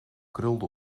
krulde